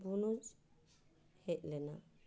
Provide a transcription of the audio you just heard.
ᱵᱩᱱᱩᱡ ᱦᱮᱡ ᱞᱮᱱᱟ